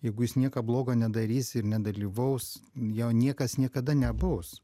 jeigu jis nieko bloga nedarys ir nedalyvaus jo niekas niekada nebaus